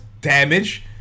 damage